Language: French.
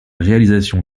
réalisation